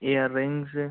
या रिंग्स